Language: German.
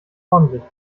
ordentlich